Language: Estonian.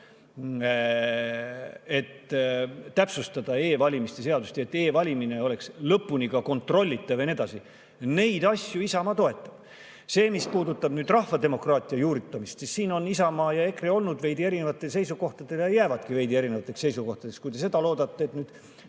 et täpsustada e-valimiste seadust, et e-valimine oleks lõpuni kontrollitav ja nii edasi – seda Isamaa toetab. See, mis puudutab rahvademokraatia juurutamist, siis siin on Isamaa ja EKRE olnud veidi erinevatel seisukohtadel ja jäävadki veidi erinevatele seisukohtadele. Kui te seda loodate, et